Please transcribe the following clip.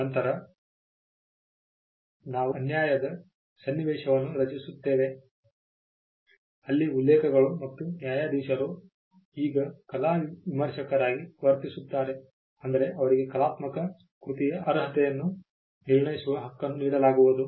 ನಂತರ ನಾವು ಅನ್ಯಾಯದ ಸನ್ನಿವೇಶವನ್ನು ರಚಿಸುತ್ತೇವೆ ಅಲ್ಲಿ ಉಲ್ಲೇಖಗಳು ಮತ್ತು ನ್ಯಾಯಾಧೀಶರು ಈಗ ಕಲಾ ವಿಮರ್ಶಕರಾಗಿ ವರ್ತಿಸುತ್ತಾರೆ ಅಂದರೆ ಅವರಿಗೆ ಕಲಾತ್ಮಕ ಕೃತಿಯ ಅರ್ಹತೆಯನ್ನು ನಿರ್ಣಯಿಸುವ ಹಕ್ಕನ್ನು ನೀಡಲಾಗುವುದು